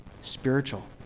spiritual